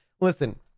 Listen